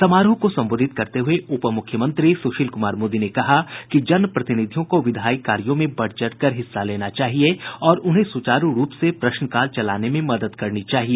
समारोह को संबोधित करते हुए उप मुख्यमंत्री सूशील कुमार मोदी ने कहा कि जन प्रतिनिधियों को विधायी कार्यों में बढ़ चढ़कर भाग लेना चाहिए और उन्हें सुचारू रूप से प्रश्नकाल चलाने में मदद करनी चाहिए